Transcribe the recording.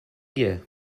here